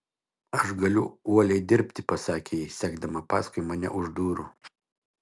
aš galiu uoliai dirbti pasakė ji sekdama paskui mane už durų